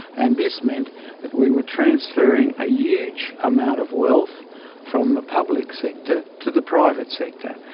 and this meant that we were transferring a huge amount of wealth from the public sector to the private sector.